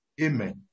Amen